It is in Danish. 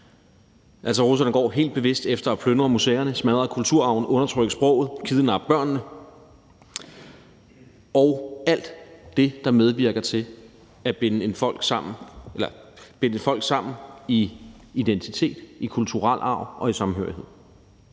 Russerne går helt bevidst efter at plyndre museerne, smadre kulturarven, undertrykke sproget og kidnappe børnene. Det gælder alt det, der medvirker til at binde et folk sammen i forhold til identitet, kulturel arv og samhørighed.